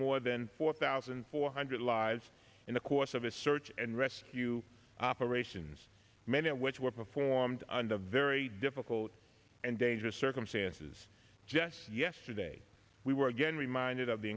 more than four thousand four hundred lives in the course of a search and rescue operations many of which were performed under a very difficult and dangerous circumstances just yesterday we were again reminded of the